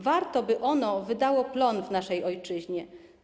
Warto by ono wydało plon w naszej ojczyźnie.